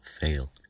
fail